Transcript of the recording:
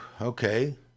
Okay